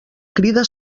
crida